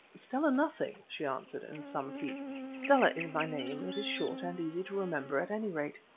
stella nothing, she answered, in some pique stella is my name it is short and easy to remember at any rate.